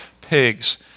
pigs